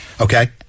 Okay